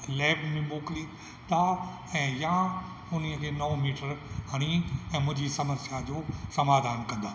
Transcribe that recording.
lab में मोकिलींदा ऐं यां उन खे नओं मीटर हणी ऐं मुंहिंजी समस्या जो समाधान कंदा